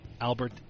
Albert